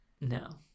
No